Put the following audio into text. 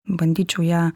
bandyčiau ją